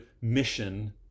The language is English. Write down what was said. mission